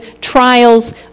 trials